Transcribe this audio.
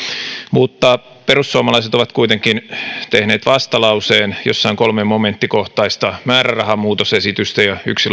mutta perussuomalaiset ovat kuitenkin tehneet vastalauseen jossa on kolme momenttikohtaista määrärahamuutosesitystä ja yksi